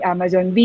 Amazon